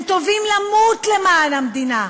הם טובים למות למען המדינה,